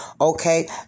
Okay